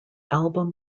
album